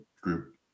group